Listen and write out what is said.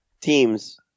Teams